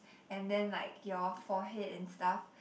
and then like your forehead and stuff